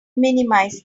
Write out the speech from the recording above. minimize